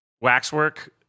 Waxwork